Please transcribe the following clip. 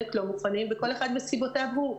חלק לא מוכנים כל אחד מסיבותיו הוא.